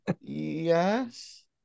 Yes